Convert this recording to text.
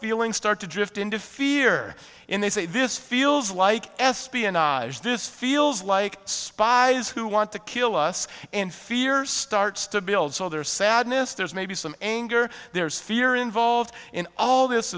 feeling start to drift into fear and they say this feels like espionage this feels like spies who want to kill us and fear starts to build so there is sadness there's maybe some anger there's fear involved in all this